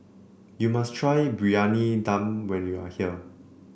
you must try Briyani Dum when you are here